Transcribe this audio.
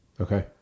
okay